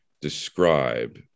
describe